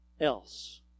else